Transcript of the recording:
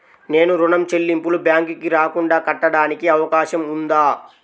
నేను ఋణం చెల్లింపులు బ్యాంకుకి రాకుండా కట్టడానికి అవకాశం ఉందా?